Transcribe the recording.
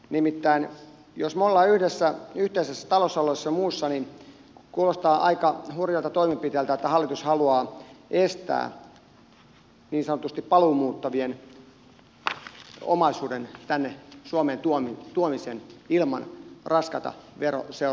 nimittäin jos me olemme yhdessä yhteisessä talousalueessa ja muussa niin kuulostaa aika hurjalta toimenpiteeltä että hallitus haluaa estää niin sanotusti paluumuuttavien omaisuuden tänne suomeen tuomisen ilman raskaita veroseuraamuksia